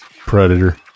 Predator